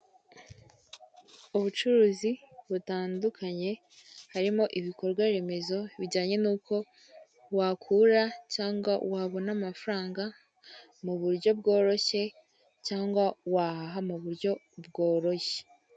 Uyu ni umukobwa usa nkaho akiri muto afite ikoranabuhanga mu ntoki ziwe yambaye umupira w'umutuku ku maso he urabona ko yishimye ari guseka bisa nk'aho hari ibyo ari guhererekanya n'undi muntu bari kumwe.